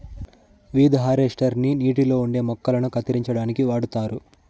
weed harvester ని నీటిలో ఉండే మొక్కలను కత్తిరించడానికి వాడుతారు